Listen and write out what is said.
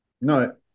No